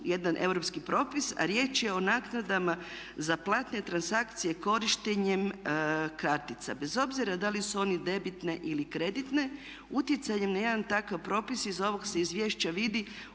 jedan europski propis, a riječ je o naknadama za platne transakcije korištenjem kartica. Bez obzira da li su one debitne ili kreditne utjecanjem na jedan takav propis iz ovog se izvješća vidi